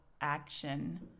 action